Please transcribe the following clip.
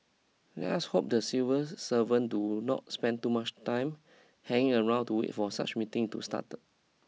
let's hope the civil servant do not spend too much time hanging around to wait for such meetings to start